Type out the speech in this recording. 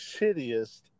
shittiest